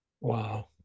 Wow